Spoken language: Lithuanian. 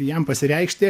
jam pasireikšti